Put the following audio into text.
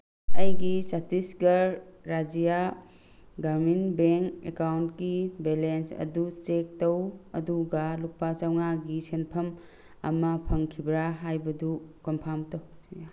ꯑꯩꯒꯤ ꯆꯇꯤꯁꯒꯔ ꯔꯥꯖ꯭ꯌꯥ ꯒ꯭ꯔꯥꯃꯤꯟ ꯕꯦꯡ ꯑꯦꯀꯥꯎꯟꯒꯤ ꯕꯦꯂꯦꯟꯁ ꯑꯗꯨ ꯆꯦꯛ ꯇꯧ ꯑꯗꯨꯒ ꯂꯨꯄꯥ ꯆꯃꯉꯥꯒꯤ ꯁꯦꯟꯐꯝ ꯑꯃ ꯐꯪꯈꯤꯕ꯭ꯔꯥ ꯍꯥꯏꯕꯗꯨ ꯀꯣꯟꯐꯥꯝ ꯇꯧ